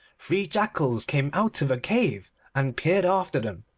three jackals came out of a cave and peered after them.